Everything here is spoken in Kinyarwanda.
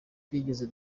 twigeze